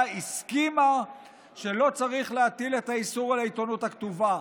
הסכימה שלא צריך להטיל את האיסור על העיתונות הכתובה.